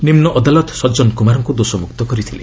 ନିମ୍ନ ଅଦାଲତ ସଜନ କୁମାରଙ୍କୁ ଦୋଷମୁକ୍ତ କରିଥିଲେ